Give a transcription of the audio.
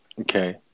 Okay